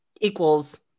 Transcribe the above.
equals